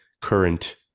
current